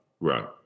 Right